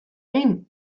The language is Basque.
egin